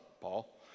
Paul